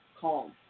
calm